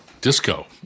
Disco